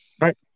Right